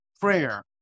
prayer